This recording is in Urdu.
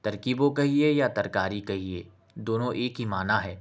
ترکیبو کہیے یا ترکاری کہیے دونوں ایک ہی معنٰی ہے